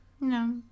No